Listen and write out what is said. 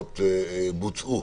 אכן בוצעו הקלות.